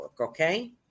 Okay